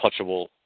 touchable